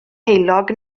heulog